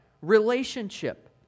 relationship